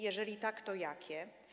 Jeżeli tak, to jakie?